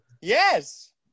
Yes